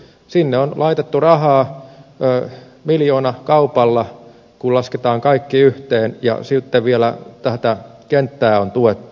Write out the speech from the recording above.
sinne on laitettu rahaa miljoonakaupalla kun lasketaan kaikki yhteen ja sitten vielä tätä kenttää on tuettu